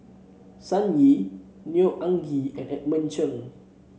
Sun Yee Neo Anngee and Edmund Cheng